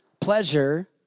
pleasure